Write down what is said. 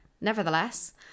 Nevertheless